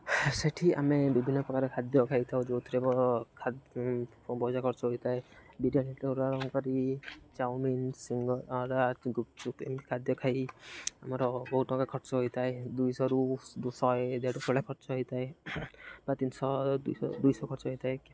ସେଇଠି ଆମେ ବିଭିନ୍ନପ୍ରକାର ଖାଦ୍ୟ ଖାଇଥାଉ ଯେଉଁଥିରେ ପଇସା ଖର୍ଚ୍ଚ ହୋଇଥାଏ ବିରିୟାନୀଠାରୁ ଆରମ୍ଭ କରି ଚାଓମିନ୍ ସିଙ୍ଗଡ଼ା କି ଗୁପ୍ଚୁପ୍ ଏଇ ଖାଦ୍ୟ ଖାଇ ଆମର ବହୁତ ଟଙ୍କା ଖର୍ଚ୍ଚ ହୋଇଥାଏ ଦୁଇଶହରୁ ଶହେ ଦେଢ଼ ଭଳିଆ ଖର୍ଚ୍ଚ ହୋଇଥାଏ ବା ତିନିଶହ କି ଦୁଇଶହ ଖର୍ଚ୍ଚ ହୋଇଥାଏ